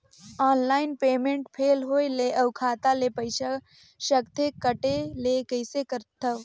Online payment fail होय ले अउ खाता ले पईसा सकथे कटे ले कइसे करथव?